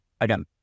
again